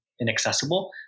inaccessible